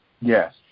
Yes